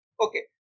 Okay